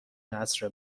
عصر